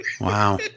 Wow